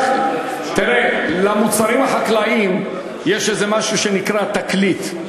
למוצרים החקלאיים יש משהו שנקרא "תקליט".